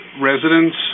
residents